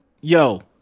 yo